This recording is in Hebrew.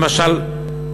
למשל,